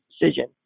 decision